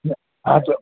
હા સર